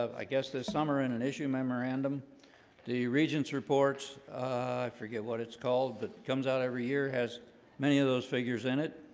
i guess this summer in an issue memorandum the regents reports, i forget what it's called that comes out every year has many of those figures in it